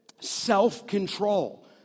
self-control